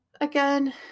again